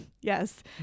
Yes